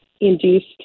induced